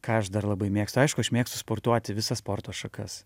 ką aš dar labai mėgstu aišku aš mėgstu sportuoti visas sporto šakas